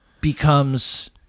becomes